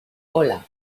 hola